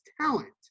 talent